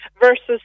versus